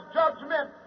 judgment